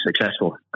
successful